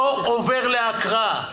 לא עובר להקראה.